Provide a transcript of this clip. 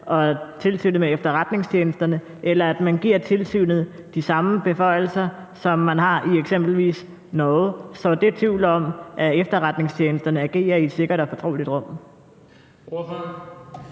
og Tilsynet med Efterretningstjenesterne; eller hvis man giver tilsynet de samme beføjelser, som man har i eksempelvis Norge. Sår det tvivl om, at efterretningstjenesterne agerer i et sikkert og fortroligt rum?